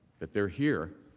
that they are here